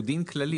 הוא דין כללי,